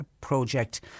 project